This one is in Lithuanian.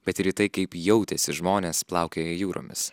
bet ir į tai kaip jautėsi žmonės plaukioję jūromis